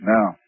Now